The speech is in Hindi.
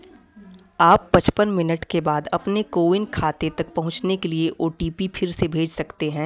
आप पचपन मिनट के बाद अपने कोविन खाते तक पहुँचने के लिए ओ टी पी फिर से भेज सकते हैं